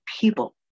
people